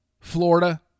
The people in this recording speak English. Florida